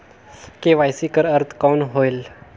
KYC कर अर्थ कौन होएल?